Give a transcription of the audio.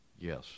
Yes